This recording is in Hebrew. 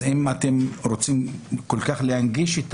אז אם אתם רוצים כל כך להנגיש,